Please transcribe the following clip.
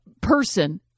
person